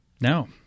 No